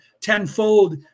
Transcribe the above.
tenfold